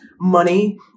money